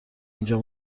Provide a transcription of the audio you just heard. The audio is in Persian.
اینجا